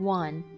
one